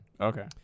Okay